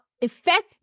effect